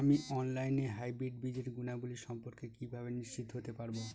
আমি অনলাইনে হাইব্রিড বীজের গুণাবলী সম্পর্কে কিভাবে নিশ্চিত হতে পারব?